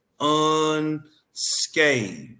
unscathed